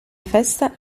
festa